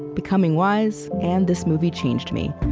becoming wise, and this movie changed me.